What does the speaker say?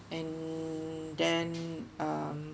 and then um